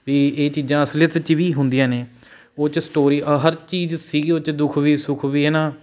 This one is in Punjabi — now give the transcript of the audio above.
ਵੀ ਇਹ ਚੀਜ਼ਾਂ ਅਸਲੀਅਤ 'ਚ ਵੀ ਹੁੰਦੀਆਂ ਨੇ ਓਹ 'ਚ ਸਟੋਰੀ ਹਰ ਚੀਜ਼ ਸੀਗੀ ਓਹ 'ਚ ਦੁਖ ਵੀ ਸੁਖ ਵੀ ਹੈ ਨਾ